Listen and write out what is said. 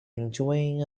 enjoying